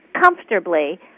comfortably